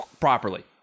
properly